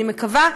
אני מקווה,